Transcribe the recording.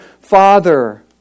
Father